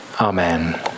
Amen